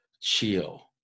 chill